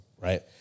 Right